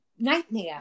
Nightmare